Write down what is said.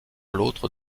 l’autre